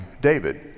David